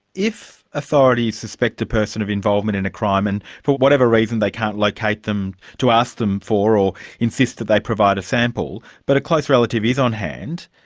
if authorities suspect a person of involvement in a crime, and, for whatever reason they can't locate them to ask them for or insist that they provide a sample, but a close relative is on hand,